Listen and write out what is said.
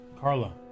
Carla